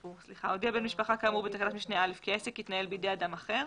הודיע בן משפחה כאמור בתקנת משנה (א) כי העסק יתנהל בידי אדם אחר,